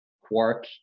quark